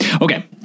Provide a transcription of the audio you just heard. Okay